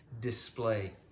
display